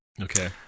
Okay